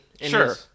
Sure